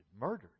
murdered